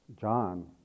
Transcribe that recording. John